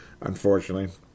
unfortunately